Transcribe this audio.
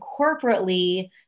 corporately